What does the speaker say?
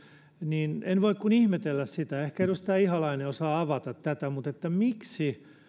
niin en voi kuin ihmetellä sitä ehkä edustaja ihalainen osaa avata tätä miksi